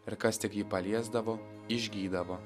ir kas tik jį paliesdavo išgydavo